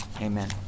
amen